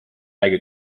räägi